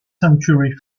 century